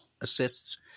assists